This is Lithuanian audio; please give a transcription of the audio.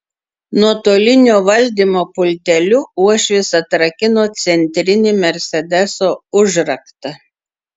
nuotolinio valdymo pulteliu uošvis atrakino centrinį mersedeso užraktą